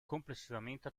complessivamente